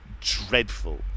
dreadful